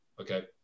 okay